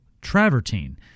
travertine